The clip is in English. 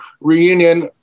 reunion